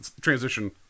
transition